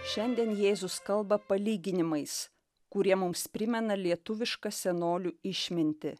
šiandien jėzus kalba palyginimais kurie mums primena lietuvišką senolių išmintį